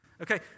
Okay